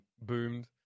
boomed